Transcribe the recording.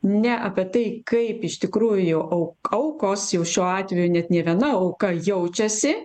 ne apie tai kaip iš tikrųjų au aukos jau šiuo atveju net ne viena auka jaučiasi